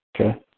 Okay